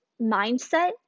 mindset